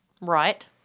Right